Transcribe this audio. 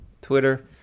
Twitter